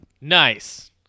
Nice